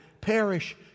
perish